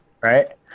right